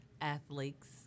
athletes